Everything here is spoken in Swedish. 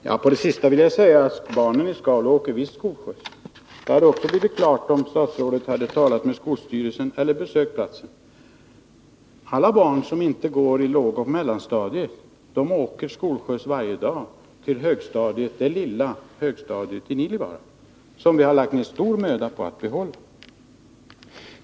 Herr talman! Med anledning av det senaste vill jag säga att barnen i Skaulo visst åker skolskjuts. Det hade också blivit klart om statsrådet talat med skolstyrelsen eller besökt platsen. Alla barn som inte går i lågeller mellanstadiet åker skolskjuts varje dag till det lilla högstadiet i Nilivaara, som vi har lagt ned stor möda på att behålla.